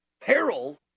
peril